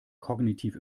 kognitiv